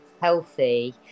healthy